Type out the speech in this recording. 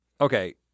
okay